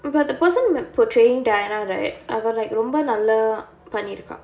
but the person be~ portraying diana right அவ:ava like ரொம்ப நல்லா பண்ணிருக்கா:romba nallaa pannirukkaa